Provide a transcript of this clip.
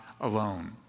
alone